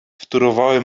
wtórowały